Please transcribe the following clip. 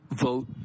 vote